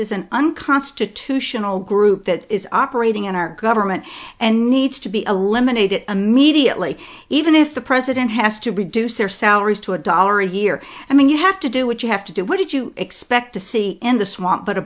an unconstitutional group that is operating in our government and needs to be eliminated immediately even if the president has to reduce their salaries to a dollar a year i mean you have to do what you have to do what did you expect to see in the swamp but a